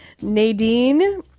Nadine